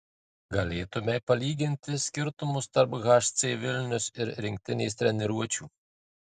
galėtumei palyginti skirtumus tarp hc vilnius ir rinktinės treniruočių